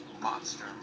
monster